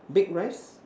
baked rice